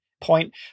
point